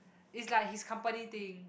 it's like his company thing